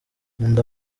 nkunda